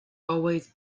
always